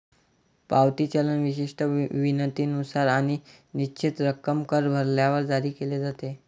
पावती चलन विशिष्ट विनंतीनुसार आणि निश्चित रक्कम कर भरल्यावर जारी केले जाते